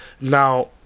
now